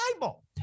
Bible